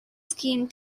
scheme